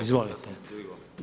Izvolite.